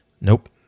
nope